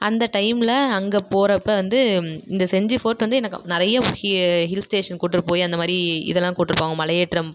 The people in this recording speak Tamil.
அந்த டைம்மில் அங்கே போறப்போ வந்து இந்த செஞ்சி ஃபோர்ட் வந்து எனக்கு நிறையா ஹில்ஸ் ஸ்டேஷன் கூட்ரு போய் அந்த மாதிரி இதல்லாம் கூட்ரு போவாங்க மலையேற்றம்